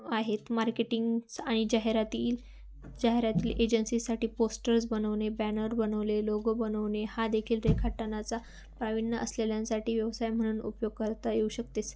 आहेत मार्केटिंग्स आणि जाहिरातील जाहिरातील एजन्सीसाठी पोस्टर्स बनवणे बॅनर बनवले लोगो बनवणे हा देखील रेखाटनाचा प्राविण्य असलेल्यांसाठी व्यवसाय म्हणून उपयोग करता येऊ शकते